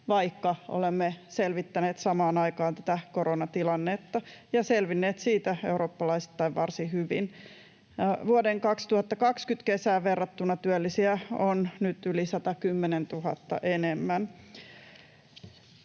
vaikka olemme selvittäneet samaan aikaan tätä koronatilannetta ja selvinneet siitä eurooppalaisittain varsin hyvin. Vuoden 2020 kesään verrattuna työllisiä on nyt yli 110 000 enemmän.